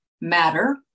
matter